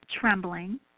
trembling